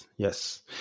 Yes